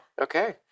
Okay